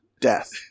death